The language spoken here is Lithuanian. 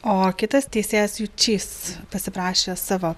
o kitas teisėjas jučys pasiprašė savo